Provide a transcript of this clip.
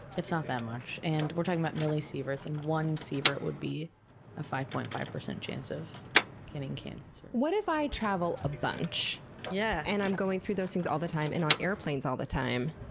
it's not that much, and we're talking about millisieverts and one sievert would be a five point five zero chance of getting cancer. what if i travel a bunch yeah and i'm going through those things all the time and on airplanes all the time?